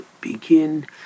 begin